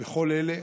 בכל אלה,